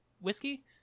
whiskey